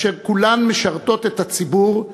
אשר כולן משרתות את הציבור,